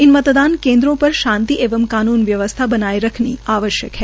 इन मतदान केन्द्रों पर शांति एवं कानून व्यवस्था बनाए रखनी आवश्यक है